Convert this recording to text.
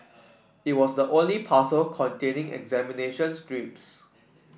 it was the only parcel containing examination scripts